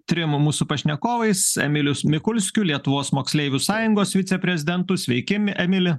trim mūsų pašnekovais emilius mikulskiu lietuvos moksleivių sąjungos viceprezidentu sveiki emili